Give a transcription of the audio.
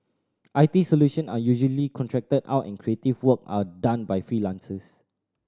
I T solution are usually contracted out and creative work are done by freelancers